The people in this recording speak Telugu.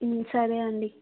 సరే అండి